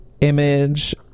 image